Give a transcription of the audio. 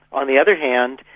on the other hand,